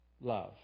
love